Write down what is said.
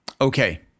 Okay